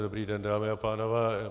Dobrý den, dámy a pánové.